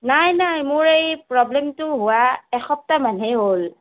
নাই নাই মোৰ এই প্ৰব্লেমটো হোৱা এসপ্তাহমানহে হ'ল